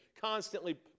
constantly